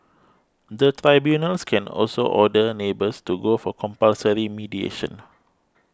the tribunals can also order neighbours to go for compulsory mediation